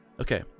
okay